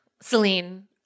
Celine